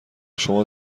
شما